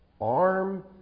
Arm